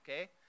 Okay